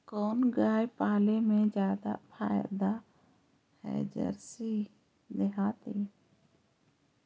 कोन गाय पाले मे फायदा है जरसी कि देहाती?